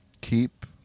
keep